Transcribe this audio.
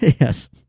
Yes